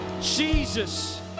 Jesus